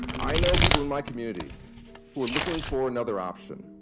i know people in my community who are looking for another option,